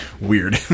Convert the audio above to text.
weird